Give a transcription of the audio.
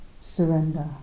surrender